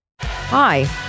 Hi